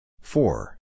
four